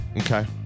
Okay